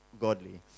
godly